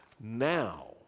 now